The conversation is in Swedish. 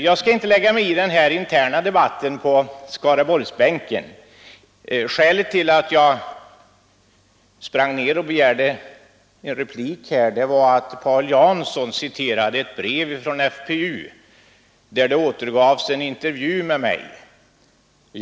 Jag skall inte lägga mig i den interna debatten mellan ledamöterna på Skaraborgsbänken. Skälet till att jag sprang ner och begärde en replik var att Paul Jansson citerade ett brev från FPU, där en intervju med mig återgavs.